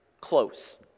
close